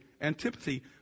antipathy